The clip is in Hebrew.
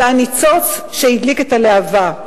זה הניצוץ שהדליק את הלהבה.